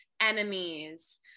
enemies